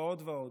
ועוד ועוד.